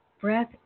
Breath